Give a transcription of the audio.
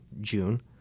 June